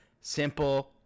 simple